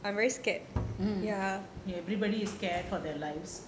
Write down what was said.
mm everybody is scared for their lives